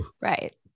Right